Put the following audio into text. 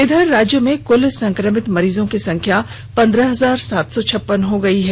इधर राज्य में कुल संक्रमित मरीजों की संख्या पन्द्रह हजार सात सौ छप्पन हो गई है